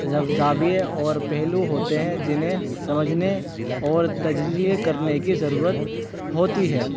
زاویے اور پہلو ہوتے ہیں جنہیں سمجھنے اور تجزیے کرنے کی ضرورت ہوتی ہے